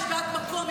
יש בעיית מקום,